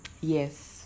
yes